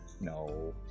No